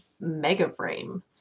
Megaframe